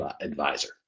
advisor